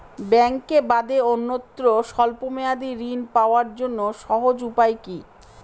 ব্যাঙ্কে বাদে অন্যত্র স্বল্প মেয়াদি ঋণ পাওয়ার জন্য সহজ উপায় কি?